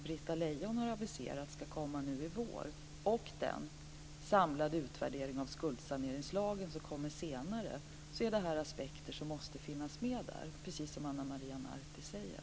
Britta Lejon har aviserat ska komma i vår och i den samlade utvärderingen av skuldsaneringslagen som ska komma senare är detta aspekter som måste finns med, precis som Ana Maria Narti säger.